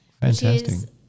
Fantastic